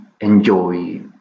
enjoy